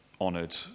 honoured